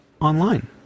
online